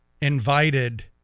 invited